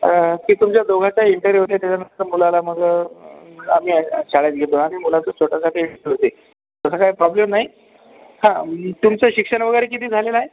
अं की तुमच्या दोघांचा ही इंटरव्यू घेतल्यानंतर मुलाला मग आम्ही आ शाळेत घेतो आणि मुलाचा छोटासा ते हे तसा काही प्रॉब्लेम नाही हा तुमचं शिक्षण वगैरे किती झालेलं आहे